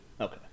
Okay